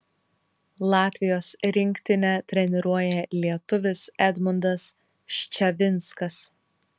latvijos rinktinę treniruoja lietuvis edmundas ščavinskas